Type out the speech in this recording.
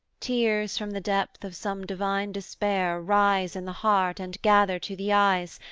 tears from the depth of some divine despair rise in the heart, and gather to the eyes,